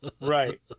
Right